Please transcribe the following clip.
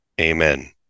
Amen